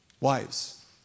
Wives